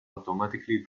automatically